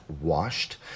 washed